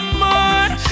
more